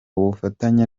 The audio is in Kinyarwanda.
ubufatanye